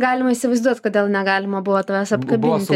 galima įsivaizduot kodėl negalima buvo tavęs apkabinti